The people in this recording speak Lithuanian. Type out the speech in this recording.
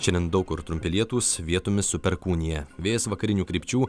šiandien daug kur trumpi lietūs vietomis su perkūnija vėjas vakarinių krypčių